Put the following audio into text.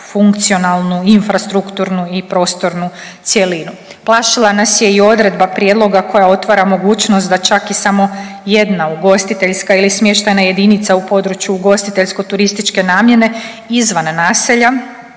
funkcionalnu infrastrukturnu i prostornu cjelinu. Plašila nas je i odredba prijedloga koja otvara mogućnost da čak i samo jedna ugostiteljska ili smještajna jedinica u području ugostiteljsko-turističke namjene izvan naselja